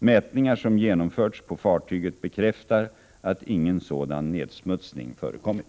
Mätningar som genomförts på fartyget bekräftar att ingen sådan nedsmutsning förekommit.